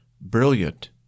Brilliant